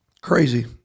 Crazy